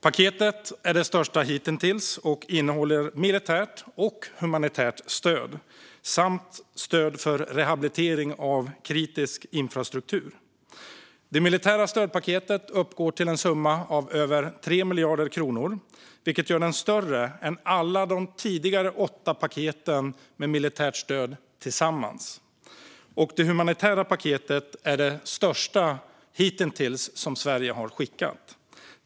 Paketet är det största hitintills och innehåller militärt och humanitärt stöd samt stöd för rehabilitering av kritisk infrastruktur. Det militära stödpaketet uppgår till en summa av över 3 miljarder kronor, vilket gör det större än alla de tidigare åtta paketen med militärt stöd tillsammans, och det humanitära paketet är det största som Sverige hitintills har skickat.